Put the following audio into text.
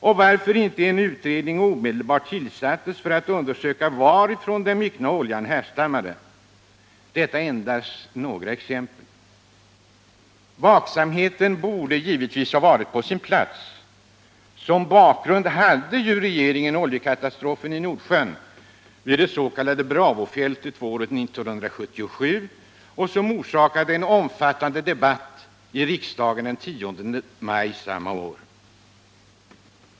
Och varför tillsattes inte en omedelbar utredning för att undersöka varifrån den myckna oljan härstammade? Detta är endast några exempel. Vaksamheten borde givetvis ha varit på sin plats. Som bakgrund hade ju regeringen oljekatastrofen i Nordsjön vid det s.k. Bravofältet våren 1977, som orsakade en omfattande debatt i riksdagen den 10 maj samma år.